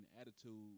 attitude